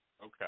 Okay